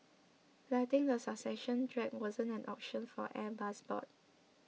letting the succession drag wasn't an option for Airbus's board